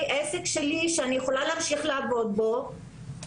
עסק שלי שבו אני יכולה להמשיך לעבוד בו,